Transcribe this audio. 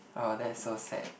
oh that's so sad